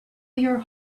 your